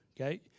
okay